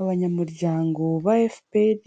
Abanyamuryango ba FPR